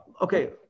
Okay